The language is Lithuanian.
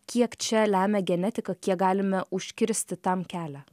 kiek čia lemia genetika kiek galime užkirsti tam kelią